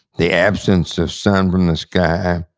the absence of sun from the sky,